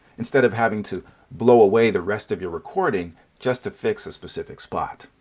instead of having to blow away the rest of your recording just to fix a specific spot.